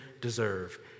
deserve